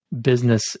business